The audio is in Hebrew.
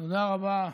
תודה רבה.